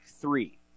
three